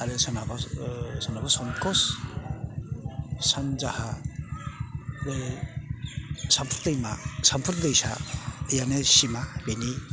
आरो सोनाबहा सोनाबहा संखस सानजाहा बे साथफुर दैमा सामफुर दैसा बेनो सिमा बेनि